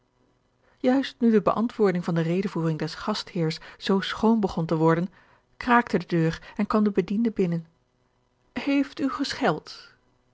juist nu de beantwoording van de redevoering des gastheers zoo schoon begon te worden kraakte de deur en kwam de bediende binnen heeft u gescheld